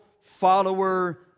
follower